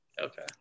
Okay